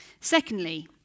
Secondly